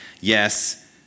Yes